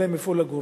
אין להם איפה לגור,